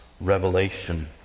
revelation